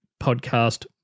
podcast-